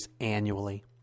annually